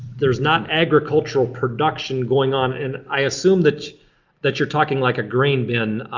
there's not agricultural production going on and i assume that that you're talking like a grain bin,